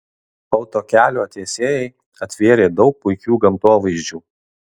autokelio tiesėjai atvėrė daug puikių gamtovaizdžių